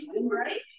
right